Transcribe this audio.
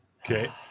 Okay